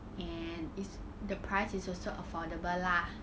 and is the price is also affordable lah